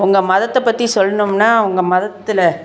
உங்கள் மதத்தை பற்றி சொல்லணும்னா உங்கள் மதத்தில்